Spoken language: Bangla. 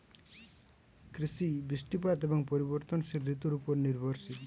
কৃষি বৃষ্টিপাত এবং পরিবর্তনশীল ঋতুর উপর নির্ভরশীল